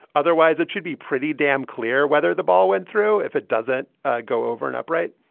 otherwise it should be pretty damn clear whether the ball went through if it doesn't go over and upright.